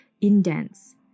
indents